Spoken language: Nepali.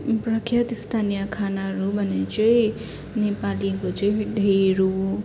प्रख्यात स्थानीय खानाहरू भने चाहिँ नेपालीको चाहिँ ढिँडो